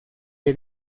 que